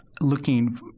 Looking